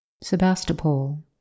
Sebastopol